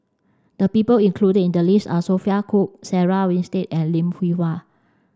the people included in the list are Sophia Cooke Sarah Winstedt and Lim Hwee Hua